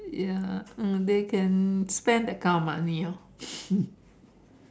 ya mm they can spend that kind of money orh